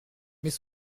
mais